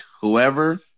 whoever